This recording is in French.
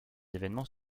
événements